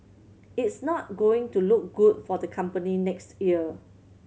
it's not going to look good for the company next year